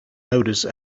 notice